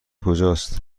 کجاست